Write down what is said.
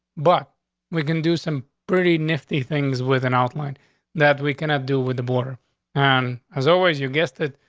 but we can do some pretty nifty things with an outline that we cannot do with the border on and as always. you guessed it.